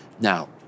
Now